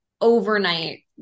overnight